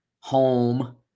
home